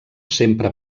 sempre